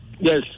Yes